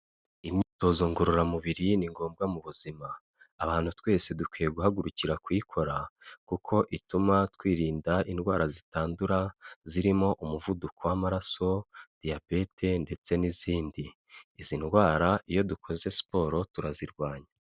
Imyitozo ngororamubiri ni ngombwa mu buzima, abantu twese dukwiye guhagurukira kuyikora kuko ituma twirinda indwara zitandura zirimo umuvuduko w'amaraso, diyabete ndetse n'izindi, izi ndwara iyo dukoze siporo turazirwanya.